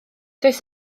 does